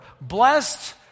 blessed